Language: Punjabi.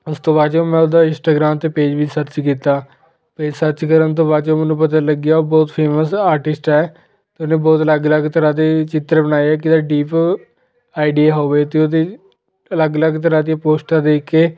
ਉਸ ਤੋਂ ਬਾਅਦ ਜੋ ਮੈਂ ਉਹਦਾ ਇੰਸਟਾਗ੍ਰਾਮ 'ਤੇ ਪੇਜ ਵੀ ਸਰਚ ਕੀਤਾ ਪੇਜ ਸਰਚ ਕਰਨ ਤੋਂ ਬਾਚੋਂ ਮੈਨੂੰ ਪਤਾ ਲੱਗਿਆ ਉਹ ਬਹੁਤ ਫੇਮਸ ਆਰਟਿਸਟ ਹੈ ਅਤੇ ਉਹਨੇ ਬਹੁਤ ਅਲੱਗ ਅਲੱਗ ਤਰ੍ਹਾਂ ਦੇ ਚਿੱਤਰ ਬਣਾਏ ਹੈ ਕਿੱਦਾਂ ਡੀਪ ਆਈਡੀਆ ਹੋਵੇ ਅਤੇ ਉਹਦੇ ਅਲੱਗ ਅਲੱਗ ਤਰ੍ਹਾਂ ਦੀਆਂ ਪੋਸਟਾਂ ਦੇਖ ਕੇ